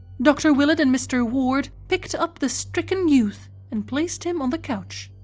dr. willett and mr. ward picked up the stricken youth and placed him on the couch.